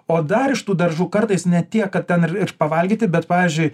o dar iš tų daržų kartais ne tiek kad ten ir ir pavalgyti bet pavyzdžiui